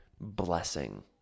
blessing